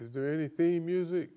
is there anything music